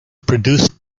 produced